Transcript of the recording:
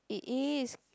it is